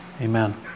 Amen